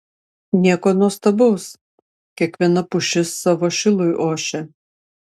nieko nuostabaus kiekviena pušis savo šilui ošia